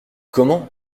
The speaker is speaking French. comment